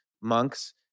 monks